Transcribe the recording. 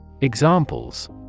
Examples